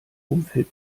umfeld